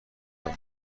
قرار